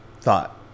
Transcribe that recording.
thought